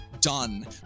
done